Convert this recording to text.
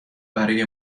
برای